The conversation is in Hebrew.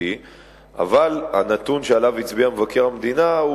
אבל הנתון שעליו הצביע מבקר המדינה הוא